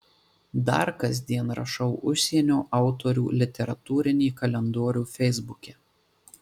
dar kasdien rašau užsienio autorių literatūrinį kalendorių feisbuke